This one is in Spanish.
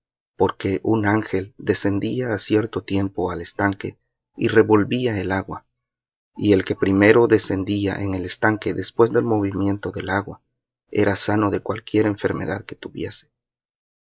agua porque un ángel descendía á cierto tiempo al estanque y revolvía el agua y el que primero descendía en el estanque después del movimiento del agua era sano de cualquier enfermedad que tuviese